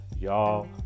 y'all